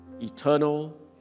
eternal